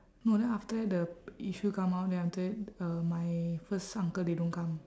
no then after that the issue come out then after that uh my first uncle they don't come